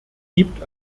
gibt